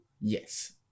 Yes